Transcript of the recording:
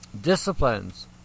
disciplines